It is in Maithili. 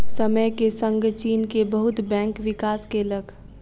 समय के संग चीन के बहुत बैंक विकास केलक